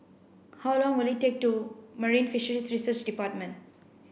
how long will it take to Marine Fisheries Research Department